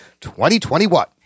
2021